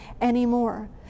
anymore